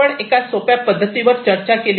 आपण एका सोप्या पध्दतीवर चर्चा केली आहे